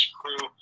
crew